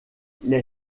les